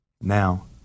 Now